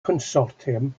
consortium